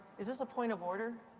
is this a point of order?